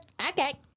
Okay